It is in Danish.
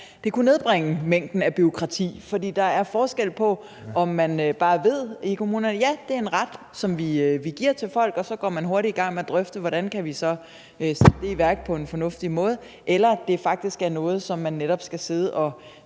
her kunne nedbringe mængden af bureaukrati, for der er forskel på, om man i kommunerne bare ved, at det er en ret, som man giver til folk, og man så hurtigt går i gang med at drøfte, hvordan man så kan sætte det i værk på en fornuftig måde, eller om det faktisk er noget, som man netop hver gang skal sidde og